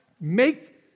make